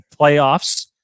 playoffs